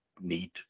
need